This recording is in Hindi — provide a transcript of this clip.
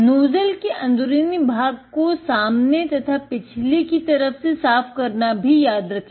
नोजल के अंदरूनी भाग को सामने तथा पिछले की तरफ से साफ करना भी याद रखे